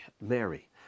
Mary